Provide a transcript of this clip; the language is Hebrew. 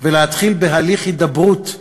ולהתחיל בהליך הידברות כלל-אזורי,